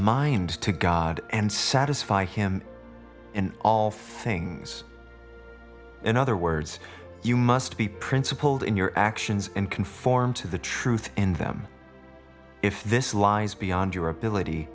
mind to god and satisfy him in all things in other words you must be principled in your actions and conform to the truth in them if this lies beyond your ability